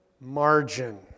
margin